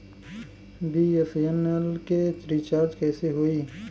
BSNL के recharge कैसे होयी?